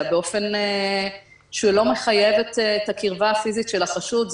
באופן שלא מחייב את הקרבה הפיזית של החשוד.